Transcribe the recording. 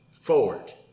forward